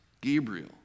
Gabriel